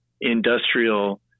industrial